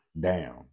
down